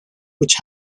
which